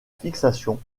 fixation